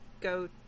go